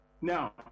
Now